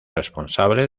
responsable